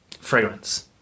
fragrance